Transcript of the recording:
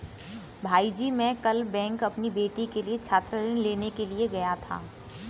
भाईजी मैं कल बैंक अपनी बेटी के लिए छात्र ऋण लेने के लिए गया था